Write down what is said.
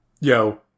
Yo